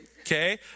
okay